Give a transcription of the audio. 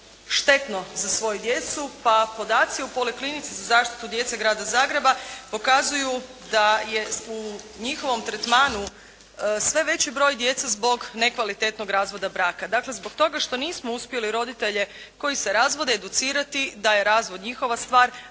štetno za svoju djecu pa podaci u Poliklinici za zaštitu djece grada Zagreba pokazuju da je u njihovom tretmanu sve veći broj djece zbog nekvalitetnog razvoda braka. Dakle, zbog toga što nismo uspjeli roditelje koji se razvode educirati da je razvod njihova stvar